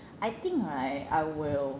I think right I will